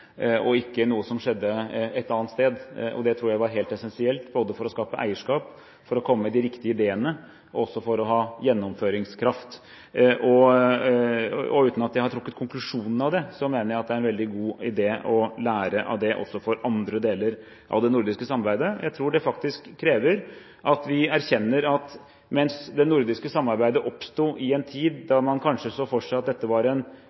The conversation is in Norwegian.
og at det ikke var noe som skjedde et annet sted. Det tror jeg var helt essensielt både for å skape eierskap, for å komme med de riktige ideene og for å ha gjennomføringskraft. Uten at jeg har trukket konklusjonen av det, mener jeg at det er en veldig god idé å lære av det også for andre deler av det nordiske samarbeidet. Jeg tror det faktisk krever at vi erkjenner at mens det nordiske samarbeidet oppsto i en tid da man kanskje så for seg at dette var en